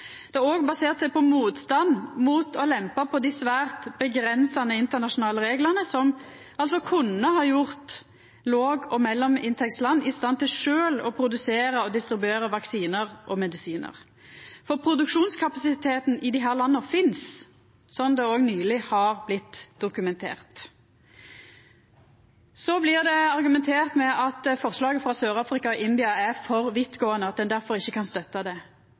Det har òg basert seg på motstand mot å lempa på dei svært avgrensande internasjonale reglane, noko som kunne ha gjort låg- og mellominntektsland i stand til sjølve å produsera og distribuera vaksinar og medisinar. Produksjonskapasiteten i desse landa finst, noko som òg nyleg er blitt dokumentert. Så blir det argumentert med at forslaget frå Sør-Afrika og India er for vidtgåande, og at ein difor ikkje kan støtta det.